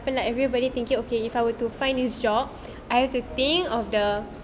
but like everybody thank you okay if I were to find this job I have to think of the